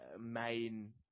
main